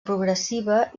progressiva